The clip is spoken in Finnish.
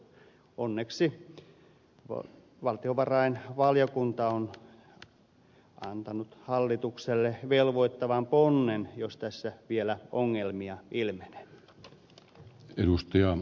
onneksi valtiovarainvaliokunta on antanut hallitukselle velvoittavan ponnen jos tässä vielä ongelmia ilmenee